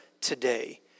today